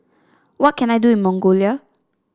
what can I do in Mongolia